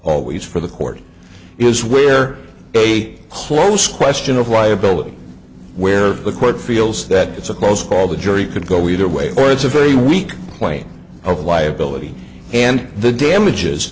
always for the court is where a close question of liability where the court feels that it's a close call the jury could go either way or it's a very weak point of liability and the damages